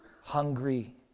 hungry